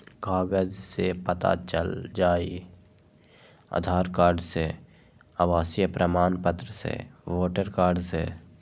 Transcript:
कागज से पता चल जाहई, आधार कार्ड से, आवासीय प्रमाण पत्र से, वोटर कार्ड से?